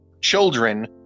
children